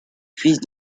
fils